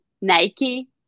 Nike